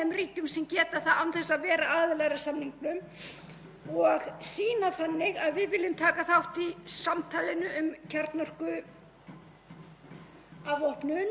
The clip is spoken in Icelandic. og að við höfum kjarkinn og burðina til þess að vera með sjálfstæða utanríkisstefnu þegar kemur að þessum málum.